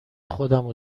خودمو